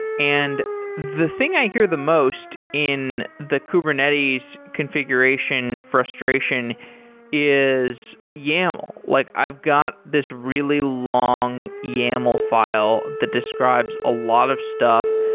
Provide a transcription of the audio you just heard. and the thing i hear the most in the kubernetes configuration frustration is yaml. like i've got this really long yaml file that describes a lot of stuff,